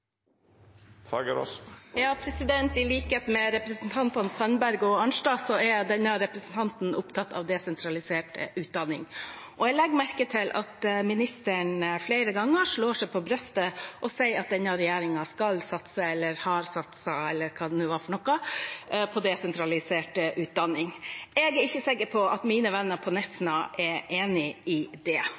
I likhet med representantene Sandberg og Arnstad er denne representanten opptatt av desentralisert utdanning. Jeg legger merke til at ministeren flere ganger slår seg på brystet og sier at denne regjeringen skal satse eller har satset, eller hva det nå var for noe, på desentralisert utdanning. Jeg er ikke sikker på at mine venner på Nesna er enig i det.